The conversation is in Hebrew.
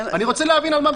אני רוצה להבין על מה מדובר.